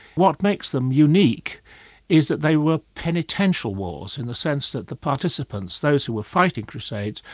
what makes them unique is that they were penitential wars, in the sense that the participants, those who were fighting crusades,